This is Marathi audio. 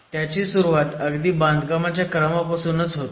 त्याची सुरुवात अगदी बांधकामाच्या क्रमापासूनच होते